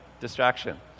Distraction